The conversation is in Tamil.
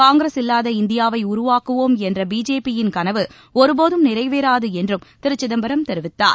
காங்கிரஸ் இல்வாத இந்தியாவை உருவாக்குவோம் என்ற பிஜேபியின் கனவு ஒருபோதும் நிறைவேறாது என்றும் திரு சிதம்பரம் தெரிவித்தார்